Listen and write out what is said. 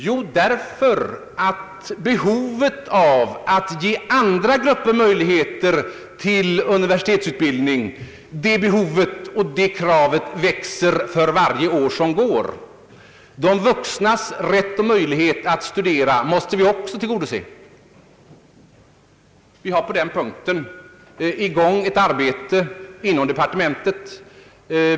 Jo, därför att behovet och kravet att ge andra grupper möjligheter till universitetsutbildning växer för varje år som går. De vuxnas rätt och möjlighet att studera måste vi också tillgodose. På den punkten pågår ett arbete inom departementet.